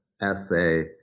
essay